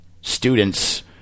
students